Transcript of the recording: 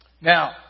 Now